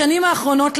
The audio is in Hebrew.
בשנים האחרונות,